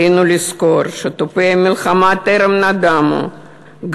עלינו לזכור שתופי המלחמה טרם נדמו,